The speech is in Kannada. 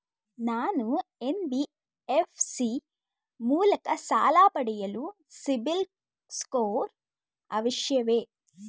ನಾನು ಎನ್.ಬಿ.ಎಫ್.ಸಿ ಮೂಲಕ ಸಾಲ ಪಡೆಯಲು ಸಿಬಿಲ್ ಸ್ಕೋರ್ ಅವಶ್ಯವೇ?